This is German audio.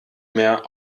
mehr